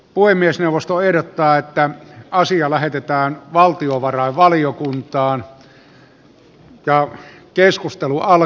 puhemiesneuvosto ehdottaa että asia lähetetään valtiovarainvaliokuntaan